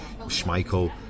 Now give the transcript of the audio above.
Schmeichel